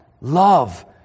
Love